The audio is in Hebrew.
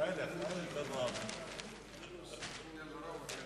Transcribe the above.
הנושא לוועדת החינוך,